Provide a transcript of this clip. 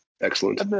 Excellent